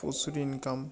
প্রচুর ইনকাম